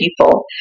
people